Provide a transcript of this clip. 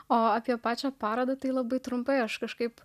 o apie pačią parodą tai labai trumpai aš kažkaip